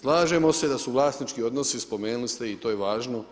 Slažemo se da su vlasnički odnosi spomenuli ste i to je važno